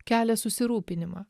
kelia susirūpinimą